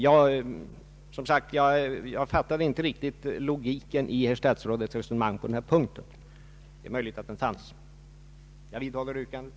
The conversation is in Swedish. Jag fattade, som sagt, inte riktigt logiken i herr statsrådets resonemang på den här punkten — det är möjligt att den finns, väl dold. Jag vidhåller yrkandet.